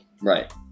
Right